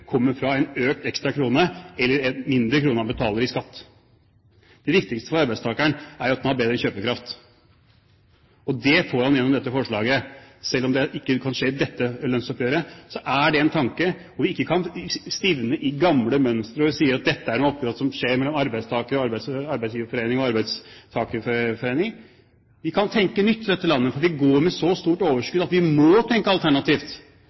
kommer fra en økt ekstra krone eller om han betaler en krone mindre i skatt. Det viktigste for arbeidstakeren er jo at han har bedre kjøpekraft. Og det får han gjennom dette forslaget. Selv om det ikke kan skje i dette lønnsoppgjøret, så er det en tanke ikke å stivne i gamle mønstre hvor vi sier at dette er et oppgjør som skjer mellom arbeidsgiverforening og arbeidstakerforening. Vi kan tenke nytt i dette landet, for vi går med så stort overskudd at vi må tenke alternativt